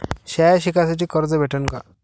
शाळा शिकासाठी कर्ज भेटन का?